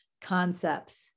concepts